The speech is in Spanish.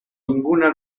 ninguna